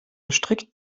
strikt